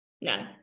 No